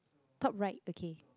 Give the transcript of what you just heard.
top right okay